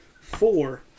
four